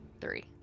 three